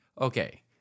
Okay